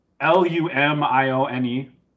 l-u-m-i-o-n-e